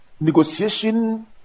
negotiation